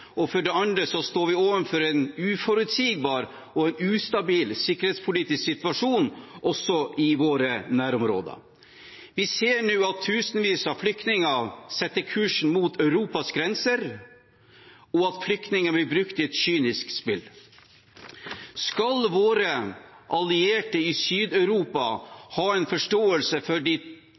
og for det andre står vi overfor en uforutsigbar og ustabil sikkerhetspolitisk situasjon, også i våre nærområder. Vi ser nå at tusenvis av flyktninger setter kursen mot Europas grenser, og at flyktninger blir brukt i et kynisk spill. Skal våre allierte i Sør-Europa ha en forståelse for de